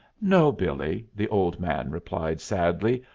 no, billee, the old man replied sadly,